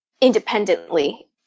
independently